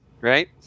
Right